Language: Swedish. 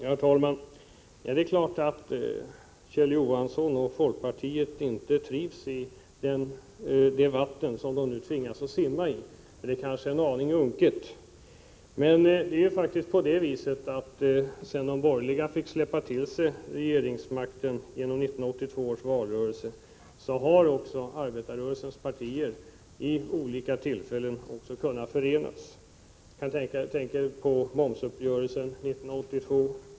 Herr talman! Det är klart att Kjell Johansson och folkpartiet inte trivs i det vatten som de nu tvingas att simma i, för det är kanske en aning unket. Sedan de borgerliga efter 1982 års val fick släppa ifrån sig regeringsmakten har arbetarrörelsens partier vid olika tillfällen kunnat förenas. Jag tänker på exempelvis momsuppgörelsen 1982.